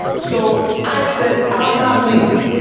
so i said i'm not leaving